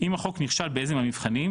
אם החוק נכשל באיזה מהמבחנים,